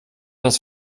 das